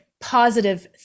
positive